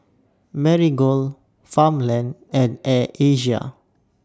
Marigold Farmland and Air Asia